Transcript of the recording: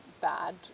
bad